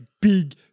big